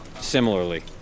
similarly